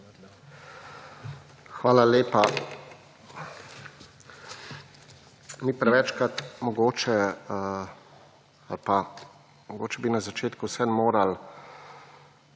Hvala lepa. Mi prevečkrat mogoče ali pa mogoče bi na začetku vseeno morali